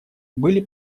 были